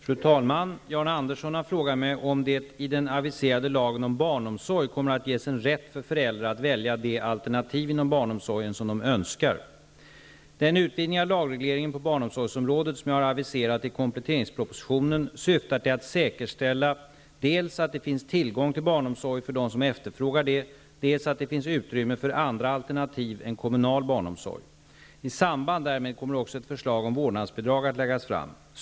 Fru talman! Jan Andersson har frågat mig om det i den aviserade lagen om barnomsorg kommer att ges en rätt för föräldrarna att välja de alternativ inom barnomsorgen som de önskar. Den utvidgning av lagregleringen på barnomsorgsområdet som jag har aviserat i kompletteringspropositionen syftar till att säkerställa dels att det finns tillgång till barnomsorg för dem som efterfrågar det, dels att det finns utrymme för andra alternativ än kommunal barnomsorg. I samband därmed kommer också ett förslag om vårdnadsbidrag att läggas fram.